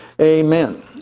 Amen